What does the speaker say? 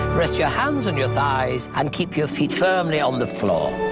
rest your hands on your thighs and keep your feet firmly on the floor.